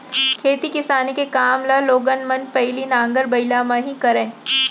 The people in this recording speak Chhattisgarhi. खेती किसानी के काम ल लोगन मन पहिली नांगर बइला म ही करय